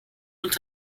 und